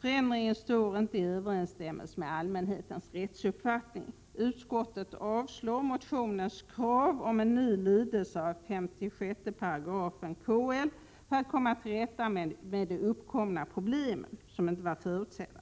Förändringen står inte i överensstämmelse med allmänhetens rättsuppfattning. Utskottet avstyrker motionens krav om ny lydelse av 56 § kommunalskattelagen för att komma till rätta med de uppkomna problemen som inte var förutsedda.